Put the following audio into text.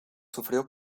sufrió